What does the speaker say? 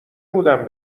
بودم